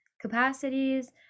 capacities